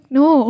no